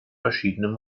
verschiedene